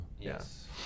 Yes